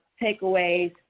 takeaways